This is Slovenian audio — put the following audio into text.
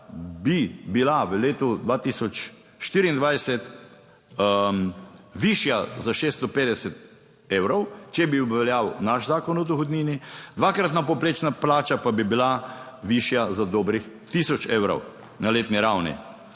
bi bila v letu 2024 višja za 650 evrov, če bi obveljal naš zakon o dohodnini, dvakratna povprečna plača pa bi bila višja za dobrih 1000 evrov na letni ravni.